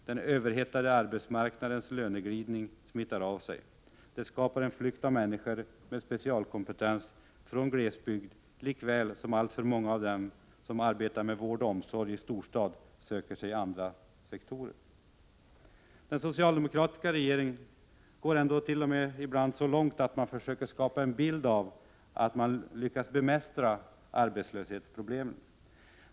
Den överhettade arbetsmarknadens löneglidning smittar av sig. Den leder till att människor med specialistkompetens flyr från glesbygd lika väl som alltför många av dem som arbetar med vård och omsorg i storstad söker sig till andra sektorer. Den socialdemokratiska regeringen går t.o.m. så långt att den försöker skapa en bild av att ha lyckats bemästra arbetslöshetsproblemen.